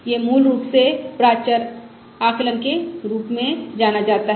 यह मूल रूप से प्राचर आकलन के रूप में जाना जाता है